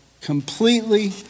completely